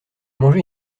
manger